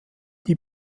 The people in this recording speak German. die